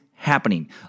Happening